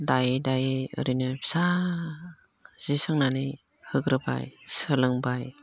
दायै दायै ओरैनो फिसा जि सोंनानै होग्रोबाय सोलोंबाय